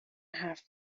حرف